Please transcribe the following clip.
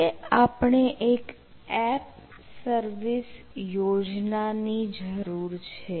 હવે આપણે એક એપ સર્વિસ યોજના ની જરૂર છે